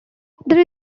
there